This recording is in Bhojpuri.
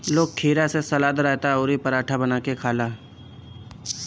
लोग खीरा से सलाद, रायता अउरी पराठा बना के खाला